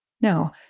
Now